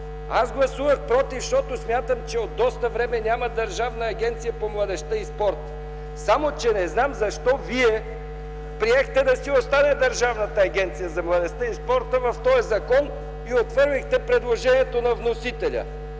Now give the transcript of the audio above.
Аз гласувах против, защото смятам, че от доста време няма Държавна агенция по младежта и спорта. Само че не зная защо вие приехте да си остане Държавната агенция за младежта и спорта в този закон и отхвърлихте предложението на вносителя?